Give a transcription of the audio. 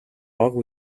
бага